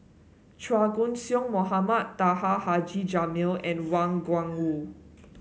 Chua Koon Siong Mohamed Taha Haji Jamil and Wang Gungwu